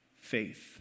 faith